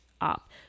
up